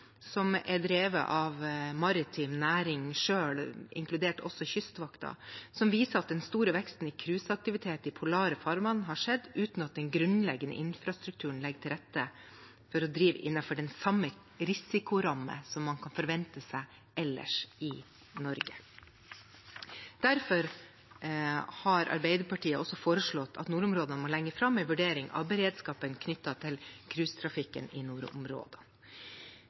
som er drevet av den maritime næringen selv, også inkludert Kystvakten, og som viser at den store veksten i cruiseaktivitet i polare farvann har skjedd uten at den grunnleggende infrastrukturen legger til rette for å drive innenfor den samme risikorammen som man kan forvente seg ellers i Norge. Derfor har Arbeiderpartiet også foreslått at nordområdene må lenger fram i vurderingene av beredskapen knyttet til cruisetrafikken i nordområdene.